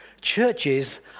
Churches